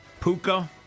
Puka